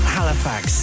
Halifax